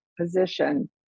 position